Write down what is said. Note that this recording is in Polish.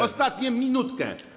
Ostatnią minutkę.